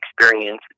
experience